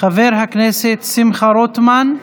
חבר הכנסת שמחה רוטמן,